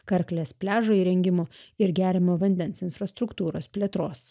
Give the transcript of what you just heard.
karklės pliažo įrengimo ir geriamo vandens infrastruktūros plėtros